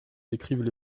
décrivent